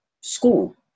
school